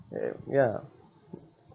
yeah